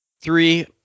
three